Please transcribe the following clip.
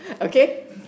Okay